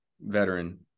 veteran